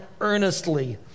earnestly